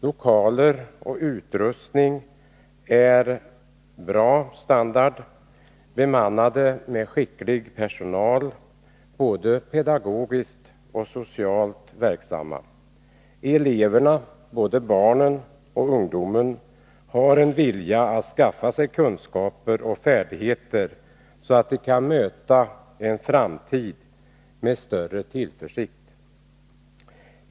Lokaler och utrustning väsendet gemensamma frågor väsendet gemensamma frågor har en bra standard, och skolorna är bemannade med skicklig personal som är både pedagogiskt och socialt verksam. Eleverna, både barnen och ungdomarna, har en vilja att skaffa sig kunskaper och färdigheter, så att de kan möta framtiden med större tillförsikt.